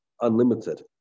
unlimited